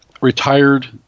Retired